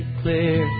clear